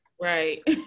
Right